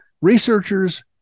Researchers